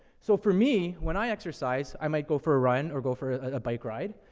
so for me, when i exercise, i might go for a run or go for a, a bike ride.